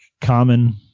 common